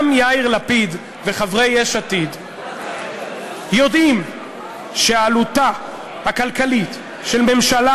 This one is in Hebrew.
גם יאיר לפיד וחברי יש עתיד יודעים שעלותה הכלכלית של ממשלה